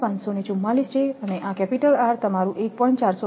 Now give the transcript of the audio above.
544 છે અને આ R તમારું 1